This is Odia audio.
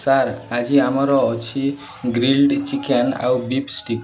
ସାର୍ ଆଜି ଆମର ଅଛି ଗ୍ରିଲ୍ଡ଼ ଚିକେନ୍ ଆଉ ବୀଫ୍ ଷ୍ଟିକ୍